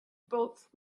both